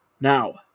Now